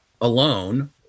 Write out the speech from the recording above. alone